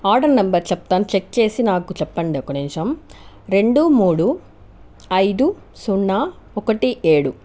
order number చెప్తాను check చేసి నాకు చెప్పండి ఒక నిముషం రెండు మూడు ఐదు సున్నా ఒకటి ఏడు